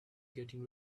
getting